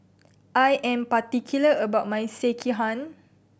I am particular about my Sekihan